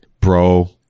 bro